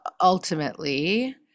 ultimately